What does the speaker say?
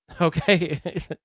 Okay